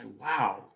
wow